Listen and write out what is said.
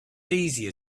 easier